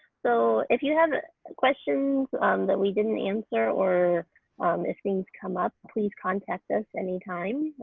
so if you have ah questions that we didn't answer or if things come up please contact us any time.